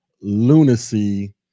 lunacy